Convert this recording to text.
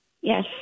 Yes